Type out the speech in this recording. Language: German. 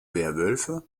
werwölfe